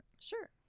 Sure